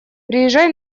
приезжай